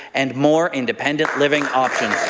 and more independent living options.